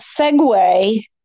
segue